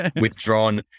withdrawn